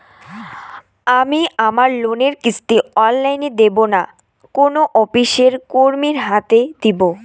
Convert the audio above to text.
আমি আমার লোনের কিস্তি অনলাইন দেবো না কোনো অফিসের কর্মীর হাতে দেবো?